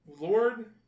Lord